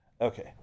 Okay